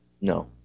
No